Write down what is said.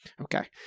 okay